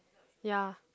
ya